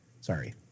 sorry